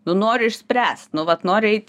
nu noriu išspręst nu vat noriu eit